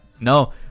no